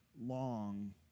long